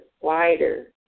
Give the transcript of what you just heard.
wider